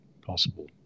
possible